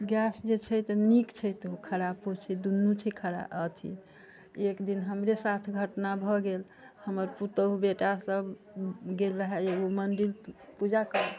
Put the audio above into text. gas जे छै से नीक छै तऽ खरापो छै दुनू छै अथि एक दिन हमरे साथ घटना भऽ गेल हमर पुतोहू बेटा सभ गेल रहै एगो मन्दिर पूजा करऽ